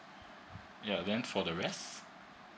ya then for the rest